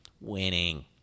Winning